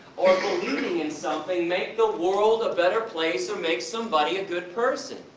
or believing in something, make the world a better place, or make somebody a good person?